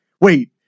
wait